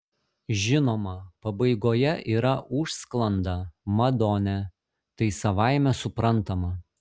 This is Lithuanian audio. žinoma pabaigoje yra užsklanda madone tai savaime suprantama